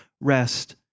rest